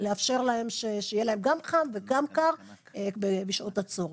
לאפשר להם שיהיה להם גם חם וגם קר בשעות הצורך.